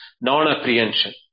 non-apprehension